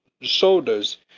shoulders